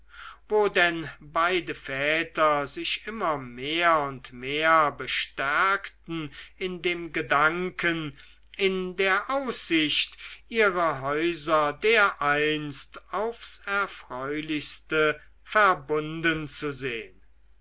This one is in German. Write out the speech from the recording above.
wo denn beide väter sich immer mehr und mehr bestärkten in dem gedanken in der aussicht ihre häuser dereinst aufs erfreulichste verbunden zu sehn